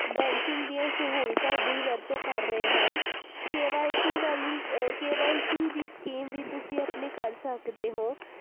banking ਦੀਆਂ ਸਹੂਲਤਾਂ ਦੀ ਵਰਤੋਂ ਕਰ ਰਹੇ ਹਨ ਕੇ ਵਾਏ ਸੀ ਵਾਲੀ ਕੇ ਵਾਏ ਸੀ ਦੀ ਸਕੀਮ ਵੀ ਤੁਸੀਂ ਆਪਣੀ ਕਰ ਸਕਦੇ ਹੋ